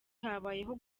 habayeho